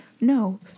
no